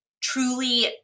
truly